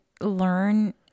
learn